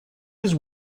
his